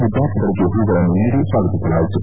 ವಿದ್ವಾರ್ಥಿಗಳಿಗೆ ಹೂಗಳನ್ನು ನೀಡಿ ಸ್ವಾಗತಿಸಲಾಯಿತು